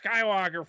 Skywalker